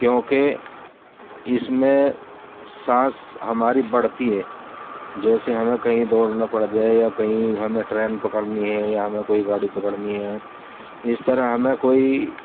کیونکہ اس میں سانس ہماری بڑھتی ہے جیسے ہمیں کہیں دوڑنا پڑ جائے یا کہی ہمیں ٹرین پکڑنی ہے یا ہمیں کوئی گاڑی پکڑنی ہے اس طرح ہمیں کوئی